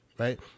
right